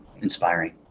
inspiring